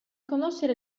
conoscere